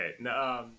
okay